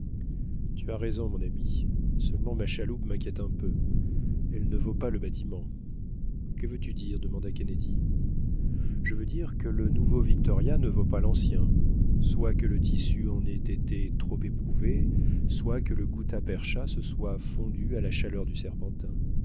tu as raison mon ami seulement ma chaloupe m'inquiète un peu elle ne vaut pas le bâtiment que veux-tu dire demanda kennedy je veux dire que le nouveau victoria ne vaut pas l'ancien soit que le tissu en ait été trop éprouvé soit que la gutta-percha se soit fondue à la chaleur du serpentin